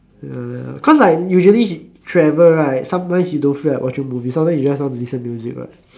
ya ya cause like usually travel right sometimes you don't feel like watching movie sometimes you just want listen to music what